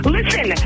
Listen